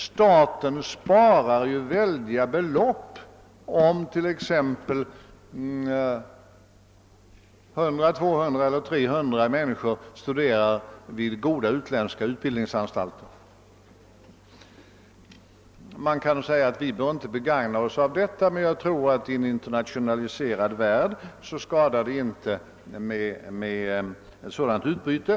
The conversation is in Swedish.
Staten sparar nämligen stora belopp, om t.ex. 100, 200 eller 300 svenska medborgare studerar vid goda utländska utbildningsanstalter. Det kan hävdas att vi inte bör begagna oss av denna möjlighet, men enligt min uppfattning skadar det i en internationaliserad värld inte med ett sådant utbyte.